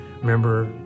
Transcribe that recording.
Remember